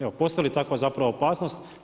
Evo postoji li takva zapravo opasnost?